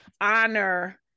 honor